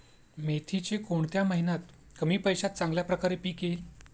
मेथीचे कोणत्या महिन्यात कमी पैशात चांगल्या प्रकारे पीक येईल?